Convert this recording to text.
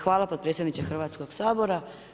Hvala potpredsjedniče Hrvatskog sabora.